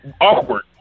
awkward